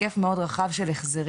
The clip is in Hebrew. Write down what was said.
היקף מאוד רחב של החזרים.